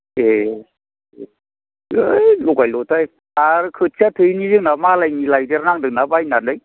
ए है लगाय लथाय आरो खोथिया थोयिनि जोंना मालायनि लायदेरनांदोंना बायनानै